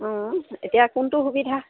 অঁ এতিয়া কোনটো সুবিধা